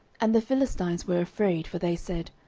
and the philistines were afraid, for they said,